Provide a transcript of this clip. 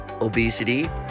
obesity